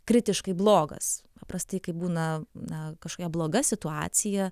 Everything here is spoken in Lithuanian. kritiškai blogas paprastai kai būna na kažkokia bloga situacija